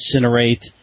Incinerate